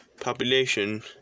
population